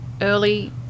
early